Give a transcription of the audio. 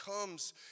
comes